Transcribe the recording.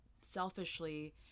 selfishly